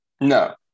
No